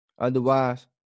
Otherwise